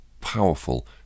powerful